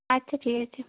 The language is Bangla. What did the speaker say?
আচ্ছা ঠিক আছে